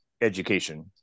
education